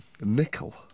Nickel